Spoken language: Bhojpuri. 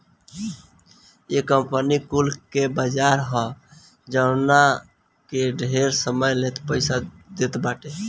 इ कंपनी कुल के बाजार ह जवन की ढेर समय ले पईसा देत बाटे